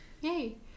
Yay